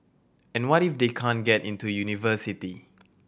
and what if they can't get into university